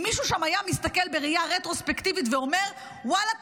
אם מישהו שם היה מסתכל בראייה רטרוספקטיבית והיה אומר: ואללה,